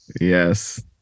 Yes